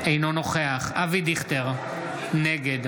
אינו נוכח אבי דיכטר, נגד